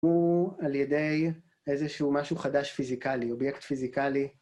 הוא על ידי איזשהו משהו חדש פיזיקלי, אובייקט פיזיקלי.